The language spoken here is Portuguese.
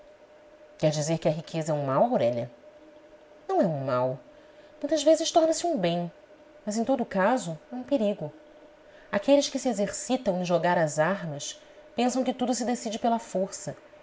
quer dizer que a riqueza é um mal aurélia não é um mal muitas vezes torna-se um bem mas em todo o caso é um perigo aqueles que se exercitam em jogar as armas pensam que tudo se decide pela força